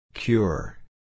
Cure